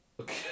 Okay